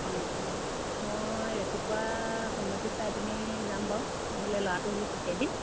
অঁ অঁ মই ৰাতিপুৱা সময়টো চাই পিনি যাম বাৰু নহ'লে ল'ৰাটো হ'লেও পঠিয়াই দিম